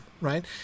right